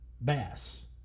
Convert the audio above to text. bass